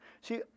See